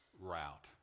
route